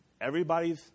everybody's